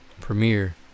Premiere